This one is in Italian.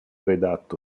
redatto